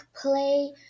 play